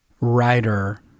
writer